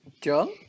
john